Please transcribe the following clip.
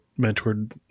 mentored